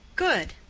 good.